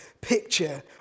picture